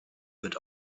wird